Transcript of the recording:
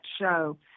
show